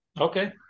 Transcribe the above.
Okay